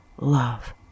love